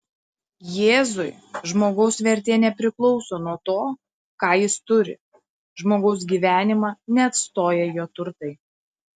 jėzui žmogaus vertė nepriklauso nuo to ką jis turi žmogaus gyvenimą neatstoja jo turtai